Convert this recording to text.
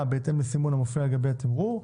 בהתאם לסימון המופיע על גבי התמרור,